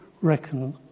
reckon